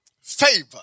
favor